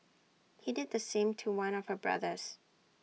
he did the same to one of her brothers